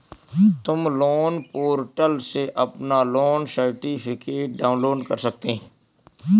तुम loan portal से अपना लोन सर्टिफिकेट डाउनलोड कर सकते हो